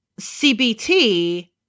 CBT